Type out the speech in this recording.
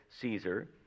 Caesar